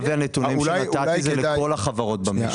אבי, הנתונים שנתתי זה לכל החברות במשק.